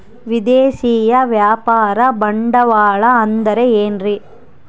ವಿದೇಶಿಯ ವ್ಯಾಪಾರ ಬಂಡವಾಳ ಅಂದರೆ ಏನ್ರಿ?